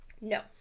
no